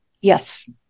Yes